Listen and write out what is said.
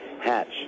hatch